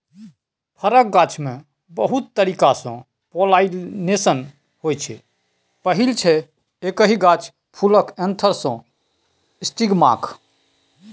फरक गाछमे बहुत तरीकासँ पोलाइनेशन होइ छै पहिल छै एकहि गाछ फुलक एन्थर सँ स्टिगमाक